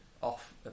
off